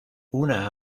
una